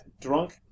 drunk